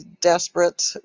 desperate